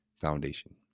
foundation